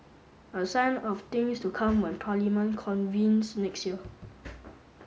a sign of things to come when Parliament convenes next year